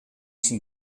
syn